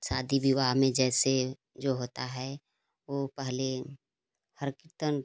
शादी विवाह में जैसे जो होता है वो पहले हर कीर्तन